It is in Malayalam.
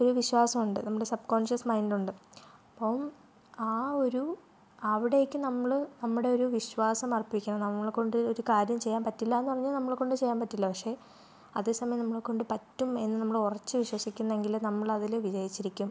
ഒരു വിശ്വാസം ഉണ്ട് നമ്മുടെ സബ്കോൺഷ്യസ് മൈൻഡ് ഒണ്ട് അപ്പം ആ ഒരു അവിടേക്ക് നമ്മൾ നമ്മുടെ ഒരു വിശ്വാസം അർപ്പിക്കണം നമ്മളെ കൊണ്ട് ഒരു കാര്യം ചെയ്യാൻ പറ്റില്ലയെന്ന് പറഞ്ഞാൽ നമ്മളെ കൊണ്ട് ചെയ്യാൻ പറ്റില്ല പക്ഷെ അതേ സമയം നമ്മളെ കൊണ്ട് പറ്റും എന്ന് നമ്മൾ ഉറച്ച് വിശ്വസിക്കുന്നെങ്കിൽ നമ്മൾ അതിൽ വിജയിച്ചിരിക്കും